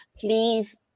please